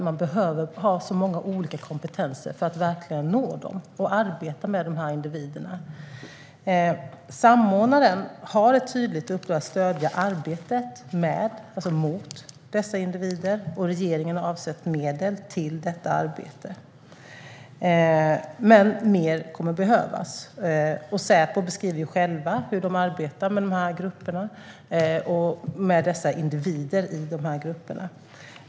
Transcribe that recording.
Man behöver ha många olika kompetenser för att verkligen nå och arbeta med dessa individer. Samordnaren har ett tydligt uppdrag att stödja arbetet mot dessa individer. Regeringen har avsatt medel till detta arbete. Men mer kommer att behövas. Säpo beskriver själv hur de arbetar med dessa grupper och med individer i grupperna.